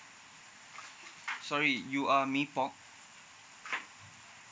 sorry you are mee pok